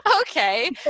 Okay